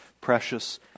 precious